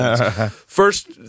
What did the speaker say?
First